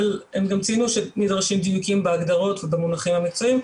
אבל הם גם ציינו שנדרשים דיוקים בהגדרות ובמונחים המקצועיים,